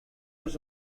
his